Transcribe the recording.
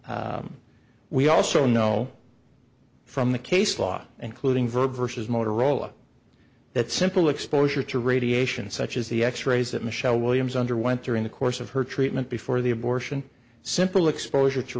undisputed we also know from the case law and clothing verb versus motorola that simple exposure to radiation such as the x rays that michelle williams underwent during the course of her treatment before the abortion simple exposure to